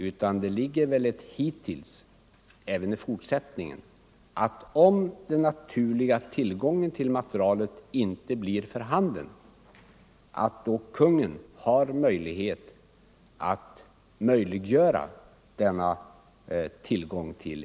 Om erforderligt material inte lämnas ut kommer väl Kungl. Maj:t att se till att det blir tillgängligt?